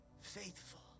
faithful